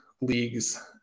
leagues